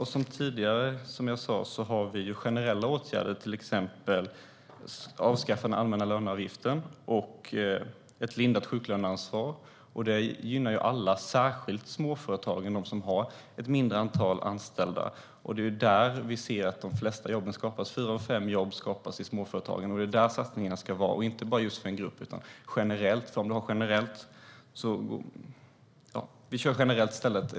Herr talman! Som jag tidigare sa har vi generella åtgärder, till exempel avskaffande av den allmänna löneavgiften och ett lindrat sjuklöneansvar. Det gynnar alla, särskilt småföretagen som har ett mindre antal anställda. Det är ju där vi ser att de flesta jobben skapas. Fyra av fem jobb skapas i småföretagen. Det är där satsningarna ska göras, och de ska inte göras bara för en grupp utan generellt.